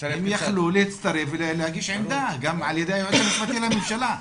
הם יכלו להצטרף ולהגיש עמדה גם על ידי היועץ המשפטי לממשלה.